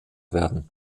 werden